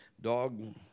Dog